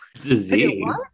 Disease